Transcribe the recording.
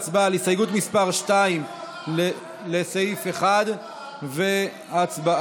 ההסתייגות (1) של קבוצת סיעת הרשימה המשותפת לסעיף 1 לא נתקבלה.